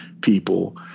people